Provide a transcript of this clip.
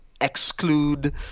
exclude